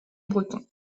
breton